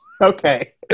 Okay